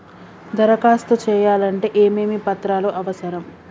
దరఖాస్తు చేయాలంటే ఏమేమి పత్రాలు అవసరం?